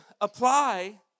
apply